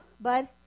bud